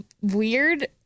weird